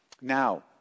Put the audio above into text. Now